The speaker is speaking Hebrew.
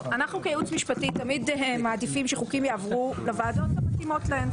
אנחנו כייעוץ משפטי תמיד מעדיפים שחוקים יעברו לוועדות המתאימות להם,